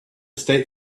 state